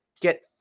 Get